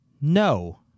No